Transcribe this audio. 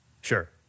sure